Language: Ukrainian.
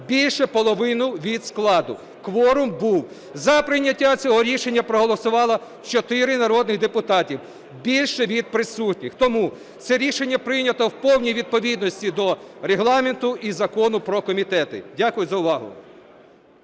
більше половини від складу, кворум був. За прийняття цього рішення проголосувало 4 народних депутати – більше від присутніх. Тому це рішення прийнято в повній відповідності до Регламенту і Закону про комітети. Дякую за увагу.